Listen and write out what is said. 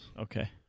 Okay